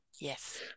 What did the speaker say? yes